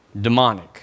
demonic